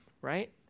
right